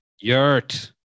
yurt